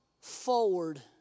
forward